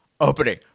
opening